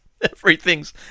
Everything's